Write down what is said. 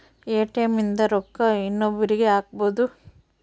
ATM ಇಂದ ರೊಕ್ಕ ಇನ್ನೊಬ್ರೀಗೆ ಹಕ್ಬೊದು